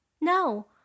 No